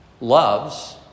loves